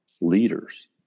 leaders